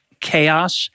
Chaos